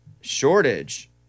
shortage